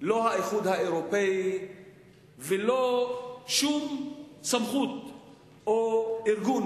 לא האיחוד האירופי ולא שום סמכות או ארגון